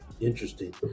Interesting